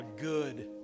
good